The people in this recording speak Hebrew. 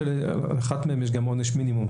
להזכיר שלאחת מעבירות האלה יש עונש מינימום.